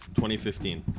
2015